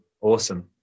awesome